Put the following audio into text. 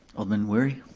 alderman wery?